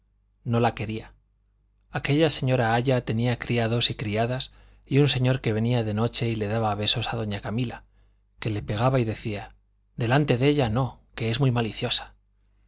no la quería aquella señora aya tenía criados y criadas y un señor que venía de noche y le daba besos a doña camila que le pegaba y decía delante de ella no que es muy maliciosa